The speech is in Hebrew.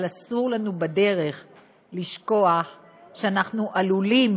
אבל אסור לנו בדרך לשכוח שאנו עלולים